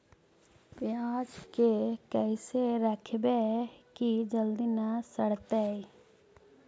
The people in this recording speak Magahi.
पयाज के कैसे रखबै कि जल्दी न सड़तै?